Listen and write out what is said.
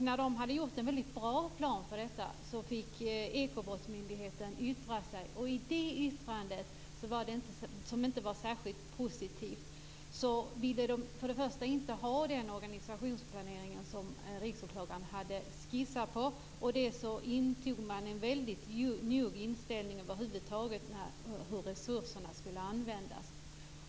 När man hade gjort en väldigt bra plan över detta fick Ekobrottsmyndigheten yttra sig. Det yttrandet var inte särskilt positivt. Där stod att man inte ville ha den organisationsplanering som Riksåklagaren hade skissat på. Dessutom intog man en väldigt njugg inställning över huvud taget när det gällde hur resurserna skulle användas.